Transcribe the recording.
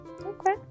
okay